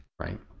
right